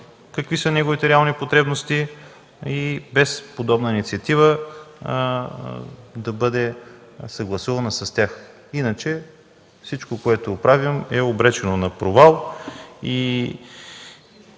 какви са неговите реални потребности и без подобна инициатива да бъде съгласувана с него. Иначе всичко, което правим, е обречено на провал.